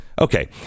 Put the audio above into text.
Okay